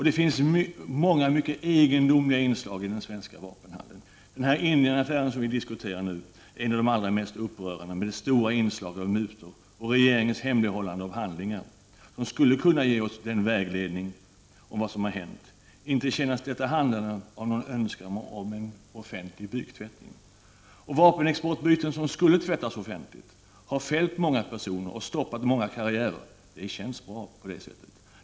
Det finns många mycket egendomliga inslag i den svenska vapenhandeln. Indienaffären, som vi nu diskuterar, är en av de allra mest upprörande med dess starka inslag av mutor och regeringens hemlighållande av handlingar som skulle kunna ge vägledning om vad som har hänt. Inte kännetecknas detta handlande av någon önskan om en offentlig tvättning av byken! Vapenexportbyken, som skulle tvättas offentligt, har fällt många personer och stoppat många karriärer. Det känns bra.